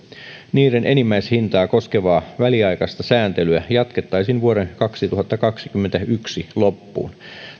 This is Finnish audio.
niiden enimmäishintaa koskevaa väliaikaista sääntelyä jatkettaisiin vuoden kaksituhattakaksikymmentäyksi loppuun